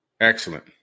Excellent